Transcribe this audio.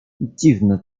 dziwne